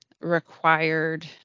required